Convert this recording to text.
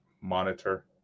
monitor